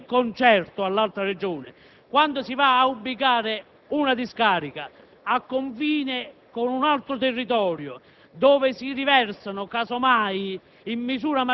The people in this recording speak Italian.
Il Parlamento ha la capacità di bloccare i disastri ambientali al confine con un territorio che non è quello campano? Penso proprio di no.